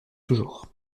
toujours